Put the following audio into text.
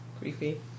Creepy